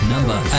Number